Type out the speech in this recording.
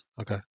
Okay